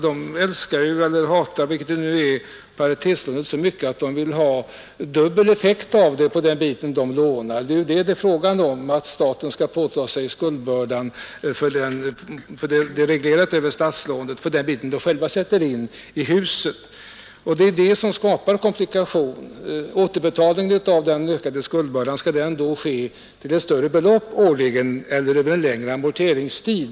De älskar paritetslånen så mycket — eller hatar dem, vilket det nu är — att de vill ha dubbel effekt av lånet på den del som staten skjuter till. Det är nämligen fråga om det, alltså att staten skall påta sig skuldbördan, reglerad över statslånet, från den bit som de själva sätter in i huset. Det är det som skapar komplikationer. Skall då återbetalningen av den ökade skuldbördan ske med ett större belopp årligen? Eller skall den ske med en längre amorteringstid?